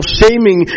shaming